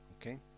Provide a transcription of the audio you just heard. Okay